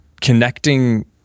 connecting